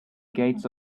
gates